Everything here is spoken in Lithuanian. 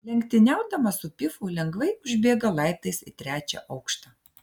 lenktyniaudamas su pifu lengvai užbėga laiptais į trečią aukštą